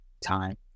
time